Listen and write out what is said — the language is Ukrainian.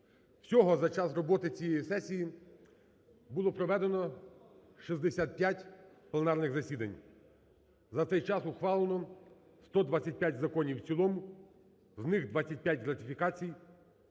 Всього за час роботи цієї сесії було проведено 65 пленарних засідань. За цей час ухвалено 125 законів в цілому, з них 25 ратифікацій.